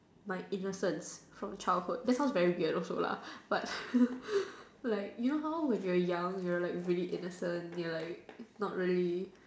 my innocence from childhood that sounds very weird also lah but like you know how when you are young you are like really innocent you are like not really